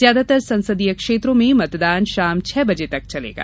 ज्यादातर संसदीय क्षेत्रों में मतदान शाम छह बजे तक चलेगा